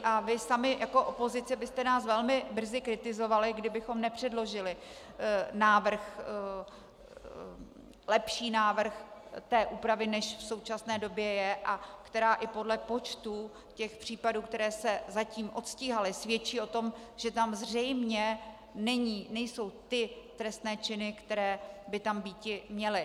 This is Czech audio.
A vy sami jako opozice byste nás velmi brzy kritizovali, kdybychom nepředložili lepší návrh úpravy, než v současné době je a která i podle počtu těch případů, které se zatím odstíhaly, svědčí o tom, že tam zřejmě nejsou ty trestné činy, které by tam býti měly.